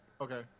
Okay